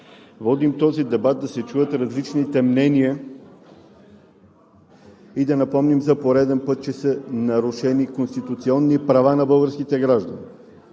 водим този дебат, за да се чуят различните мнения и да напомним за пореден път, че са нарушени конституционни права на българските граждани.